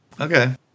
Okay